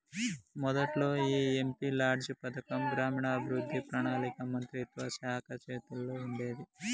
మొదట్లో ఈ MP lads పథకం గ్రామీణాభివృద్ధి పణాళిక మంత్రిత్వ శాఖ చేతుల్లో ఉండేది